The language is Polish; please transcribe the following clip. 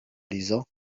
lizo